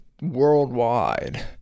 worldwide